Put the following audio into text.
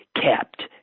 kept